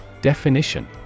Definition